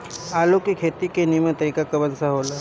आलू के खेती के नीमन तरीका कवन सा हो ला?